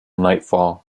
nightfall